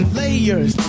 layers